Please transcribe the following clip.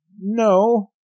No